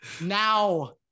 now